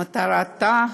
מטרתה